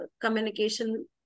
communication